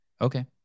Okay